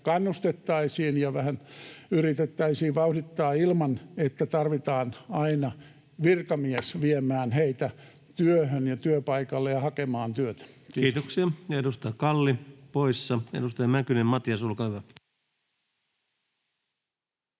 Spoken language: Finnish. kannustettaisiin ja vähän yritettäisiin vauhdittaa ilman, että tarvitaan aina virkamies viemään heitä työhön ja työpaikalle ja hakemaan työtä. — Kiitos. [Speech 112] Speaker: Ensimmäinen varapuhemies Antti